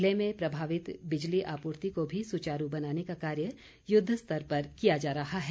जिले में प्रभावित बिजली आपूर्ति को भी सुचारू बनाने का कार्य युद्धस्तर पर किया जा रहा है